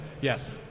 Yes